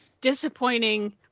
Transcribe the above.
disappointing